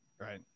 Right